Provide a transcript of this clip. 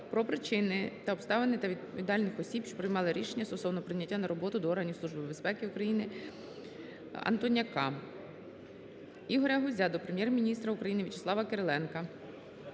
про причини, обставини та відповідальних осіб, що приймали рішення стосовно прийняття на роботу до органів Служби безпеки України Антоняка. Ігоря Гузя до Прем'єр-міністра України В'ячеслава Кириленка,